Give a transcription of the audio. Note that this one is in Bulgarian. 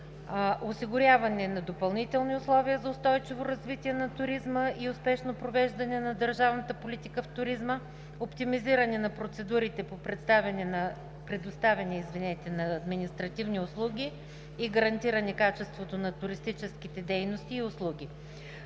осигуряване на допълнителни условия за устойчиво развитие на туризма и успешно провеждане на държавната политика в туризма, оптимизиране на процедурите по предоставяне на административни услуги и гарантиране качеството на туристическите дейности и услуги.